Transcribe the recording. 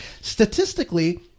statistically